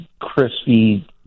Crispy